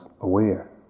aware